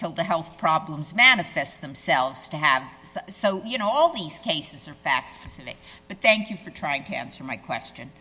till the health problems manifest themselves to have it so you know all these cases are facts but thank you for trying cancer my question